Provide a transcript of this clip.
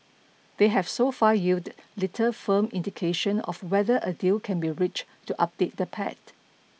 they have so far yielded little firm indication of whether a deal can be reached to update the pact